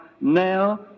now